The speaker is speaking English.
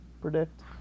predict